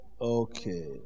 Okay